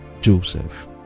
Joseph